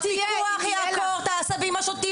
הפיקוח יעקור את העשבים השוטים